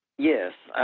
yes